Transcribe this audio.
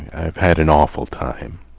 i've had an awful time.